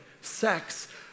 sex